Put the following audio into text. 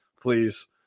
please